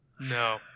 No